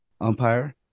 umpire